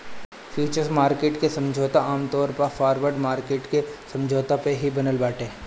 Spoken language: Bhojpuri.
फ्यूचर्स मार्किट के समझौता आमतौर पअ फॉरवर्ड मार्किट के समझौता पे ही बनल बाटे